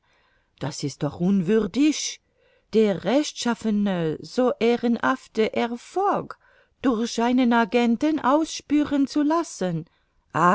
das ist doch unwürdig der rechtschaffene so ehrenhafte herr fogg durch einen agenten ausspüren zu lassen